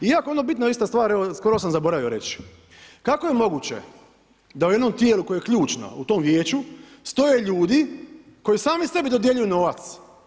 Iako je ono bitno ista stvar, skoro sam zaboravio reći, kako je moguće da u jednom tijelu koje je ključno u tom vijeću stoje ljudi koji sami sebi dodjeljuju novac?